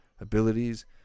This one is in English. abilities